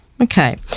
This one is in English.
Okay